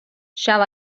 shall